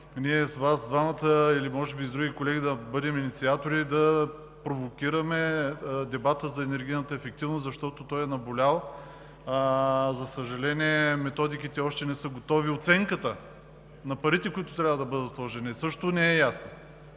да бъдем инициатори и може би с други колеги да провокираме дебата за енергийната ефективност, защото той е наболял. За съжаление, методиките още не са готови. Оценката на парите, които трябва да бъдат вложени, също не е ясна.